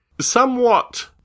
Somewhat